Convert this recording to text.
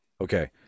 Okay